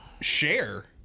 share